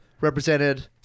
represented